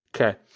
okay